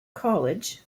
college